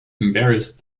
embarrassed